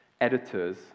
editors